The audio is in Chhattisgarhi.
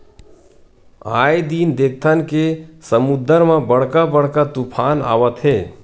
आए दिन देखथन के समुद्दर म बड़का बड़का तुफान आवत हे